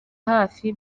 hafi